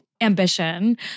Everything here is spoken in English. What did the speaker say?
ambition